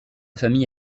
famille